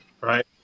right